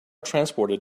transported